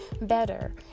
better